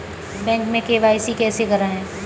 Bank में KYC कैसे करायें?